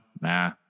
Nah